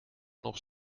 nog